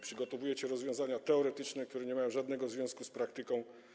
Przygotowujecie rozwiązania teoretyczne, które nie mają żadnego związku z praktyką.